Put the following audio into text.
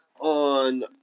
on